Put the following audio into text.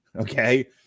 okay